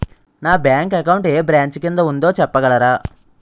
నా bank account ఏ branch కిందా ఉందో చెప్పగలరా?